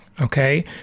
okay